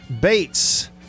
Bates